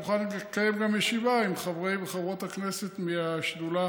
מוכן גם לקיים ישיבה עם חברי וחברות הכנסת מהשדולה.